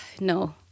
no